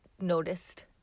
noticed